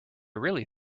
really